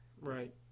Right